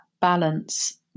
balance